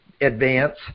advance